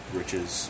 riches